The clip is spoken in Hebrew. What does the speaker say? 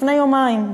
לפני יומיים,